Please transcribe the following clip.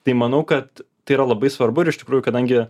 tai manau kad tai yra labai svarbu ir iš tikrųjų kadangi